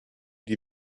die